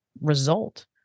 result